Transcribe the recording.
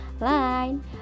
Line